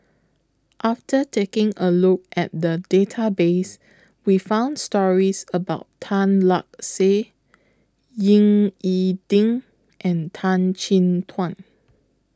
after taking A Look At The Database We found stories about Tan Lark Sye Ying E Ding and Tan Chin Tuan